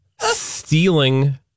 stealing